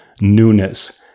newness